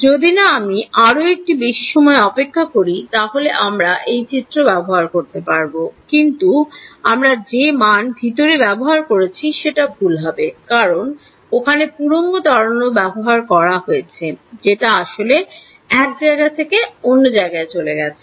যদি না আমি আরও একটু বেশি সময় অপেক্ষা করি তাহলে আমরা এই চিত্র ব্যবহার করতে পারব কিন্তু আমরা যে মান ভিতরে ব্যবহার করেছি সেটা ভুল হবে কারণ ওখানে পুরনো তরঙ্গ ব্যবহার করা হয়েছে যেটা আসলে এক জায়গা থেকে অন্য জায়গায় চলে গেছে